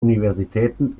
universitäten